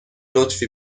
لطفی